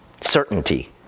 certainty